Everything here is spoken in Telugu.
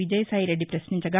విజయసాయిరెడ్డి పశ్నించగా